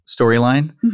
storyline